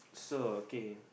so okay